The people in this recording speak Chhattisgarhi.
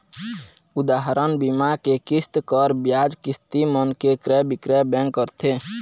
उदाहरन, बीमा के किस्त, कर, बियाज, किस्ती मन के क्रय बिक्रय बेंक करथे